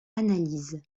analyses